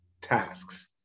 tasks